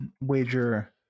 wager